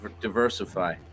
diversify